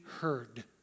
heard